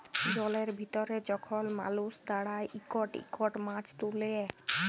জলের ভিতরে যখল মালুস দাঁড়ায় ইকট ইকট মাছ তুলে